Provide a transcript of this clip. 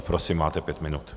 Prosím, máte pět minut.